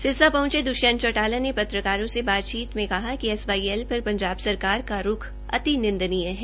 सिरसा पहुंचे दुष्यंत चौटाला ने पत्रकारों से बातचीत में कहा कि एसवाईएल पर पंजाब सरकार का रूख अति निंदनीय है